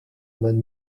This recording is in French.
mode